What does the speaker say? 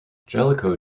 jellicoe